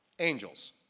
angels